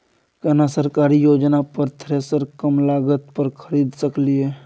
केना सरकारी योजना पर थ्रेसर कम लागत पर खरीद सकलिए?